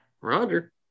Roger